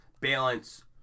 balance